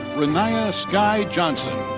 ra naiya skye johnson.